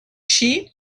sheep